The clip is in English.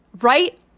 Right